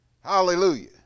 Hallelujah